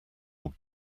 all